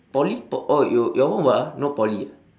poly po~ oh your one what ah not poly ah